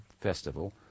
festival